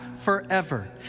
Forever